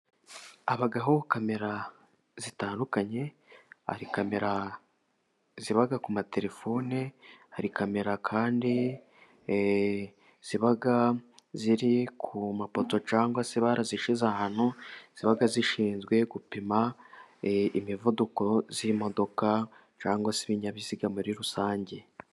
Habaho kamera zitandukanye, hari kamera ziba ku matelefone, hari kamera kandi ziba ziri ku mapoto, cyangwa se barazishyize ahantu ziba zishinzwe gupima imivuduko y'imodoka, cyangwa se ibinyabiziga muri rusange.